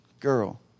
Girl